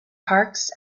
parks